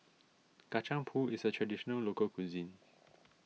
Kacang Pool is a Traditional Local Cuisine